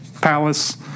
palace